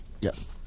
Yes